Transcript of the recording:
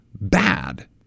bad